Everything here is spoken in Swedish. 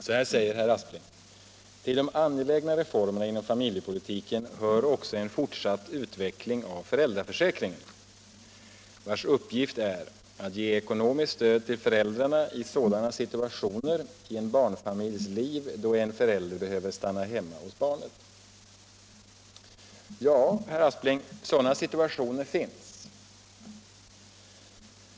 Så här säger herr Aspling: ”Till de angelägna reformerna inom familjepolitiken hör också en fortsatt utveckling av föräldraförsäkringen, vars uppgift är att ge ekonomiskt stöd till föräldrarna i sådana situationer i en barnfamiljs liv då en förälder behöver stanna hemma hos barnet.” Ja, herr Aspling, sådana situationer finns.